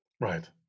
Right